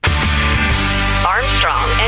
Armstrong